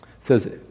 says